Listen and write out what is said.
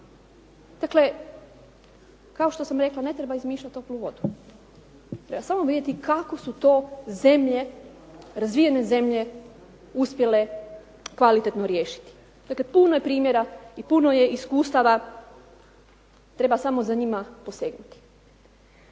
Dakle, kao što sam rekla ne treba izmišljati toplu vodu. Treba vidjeti kako su to zemlje razvijene zemlje uspjele kvalitetno riješiti. Dakle, puno je primjera i puno je iskustava, treba samo za njima posegnuti.